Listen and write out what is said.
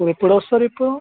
నువ్వు ఎప్పుడు వస్తారు ఇప్పుడు